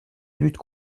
lutte